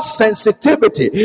sensitivity